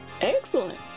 excellent